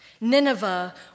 Nineveh